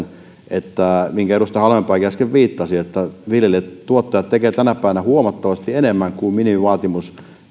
ja tiedostettava mihinkä edustaja halmeenpääkin äsken viittasi että viljelijät tuottajat tekevät tänä päivänä huomattavasti enemmän kuin minimivaatimus